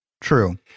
True